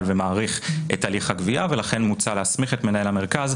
ומאריך את הליך הגבייה ולכן מוצע להסמיך את מנהל המרכז,